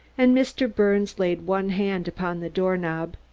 and mr. birnes laid one hand upon the door-knob.